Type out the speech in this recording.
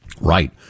Right